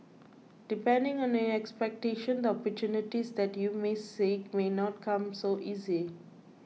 depending on your expectations the opportunities that you may seek may not come so easy